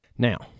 Now